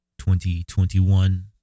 2021